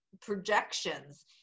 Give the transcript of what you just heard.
projections